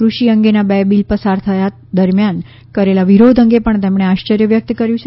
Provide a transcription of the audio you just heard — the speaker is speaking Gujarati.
કૃષિ અંગેના બે બિલ પસાર થયા દરમિયાન કરેલા વિરોધ અંગે પણ તેમણે આશ્ચર્ય વ્યક્ત કર્યું છે